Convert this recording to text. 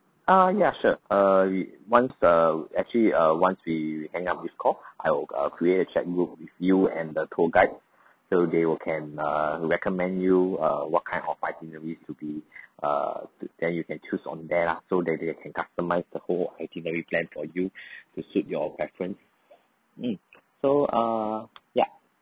ah ya sure err we once err actually err once we hang up this call I will I will create a chat group with you and the tour guide so they will can uh recommend you uh what kind of itinerary to be err to then you can choose on there lah so that they can customise the whole itinerary plan for you to suit your preference mm so uh yup